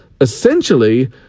essentially